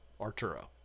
Arturo